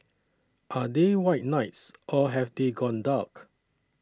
are they white knights or have they gone dark